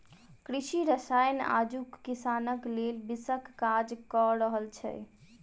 कृषि रसायन आजुक किसानक लेल विषक काज क रहल छै